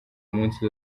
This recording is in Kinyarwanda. munsi